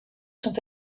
sont